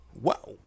Wow